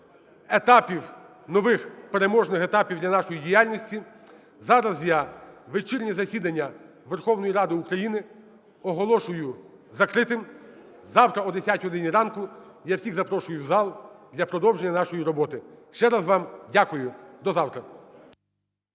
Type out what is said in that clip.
етапів, нових переможних етапів для нашої діяльності. Зараз я вечірнє засідання Верховної Ради України оголошую закритим. Завтра о 10 годині ранку я всіх запрошую в зал для продовження нашої роботи. Ще раз вам дякую. До завтра.